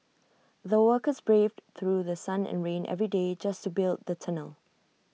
the workers braved through The Sun and rain every day just to build the tunnel